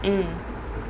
mm